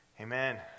amen